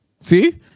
See